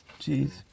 Jeez